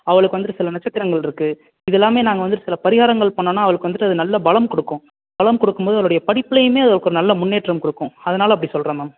அவளுக்கு வந்துட்டு சில நட்சத்திரங்களிருக்கு இதெல்லாமே நாங்கள் வந்துட்டு சில பரிகாரங்கள் பண்ணோன்னால் அவளுக்கு வந்துட்டு அது நல்ல பலம் கொடுக்கும் பலம் கொடுக்கும்போது அவளுடைய படிப்புலேயுமே அது அவளுக்கு ஒரு நல்ல முன்னேற்றம் கொடுக்கும் அதனால் அப்படி சொல்கிறேன் மேம்